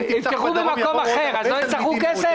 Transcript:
אם יפתחו בית ספר במקום אחר אז לא יצטרכו כסף?